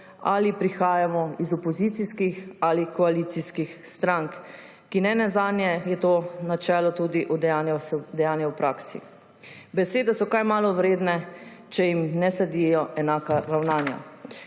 ali prihajamo iz opozicijskih ali koalicijskih strank, nenazadnje je to načelo tudi udejanjal v praksi. Besede so kaj malo vredne, če jim ne sledijo enaka ravnanja.